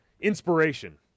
inspiration